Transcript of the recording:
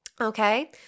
Okay